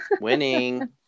Winning